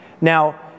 Now